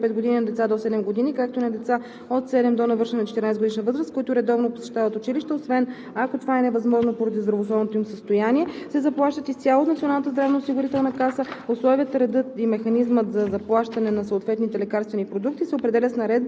отпускани по лекарско предписание по ал. 1, т. 16 на лица над 65 години, на деца до 7 години, както и на деца от 7 до навършване на 14-годишна възраст, които редовно посещават училище, освен ако това е невъзможно поради здравословното им състояние, се заплащат изцяло от Националната здравноосигурителна каса. Условията, редът